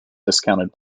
discounted